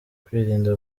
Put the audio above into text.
kwirinda